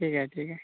ठीक आहे ठीक आहे